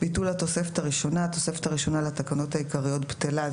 ביטול התוספת הראשונה8.התוספת הראשונה לתקנות העיקריות בטלה.